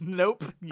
nope